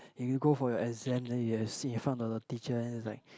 and you go for your exam then have you sit in front of the teacher then it's like